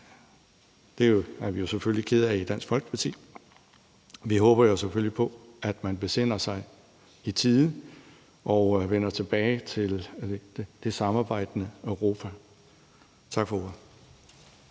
Det er vi selvfølgelig kede af i Dansk Folkeparti. Vi håber selvfølgelig på, at man besinder sig i tide og vender tilbage til det samarbejdende Europa. Tak for ordet.